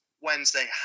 Wednesday